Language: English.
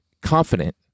confident